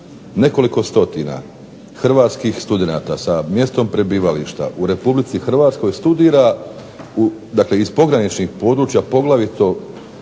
nekoliko stotina hrvatskih studenata sa mjestom prebivališta u Republici Hrvatskoj studira, dakle iz pograničnih područja, poglavito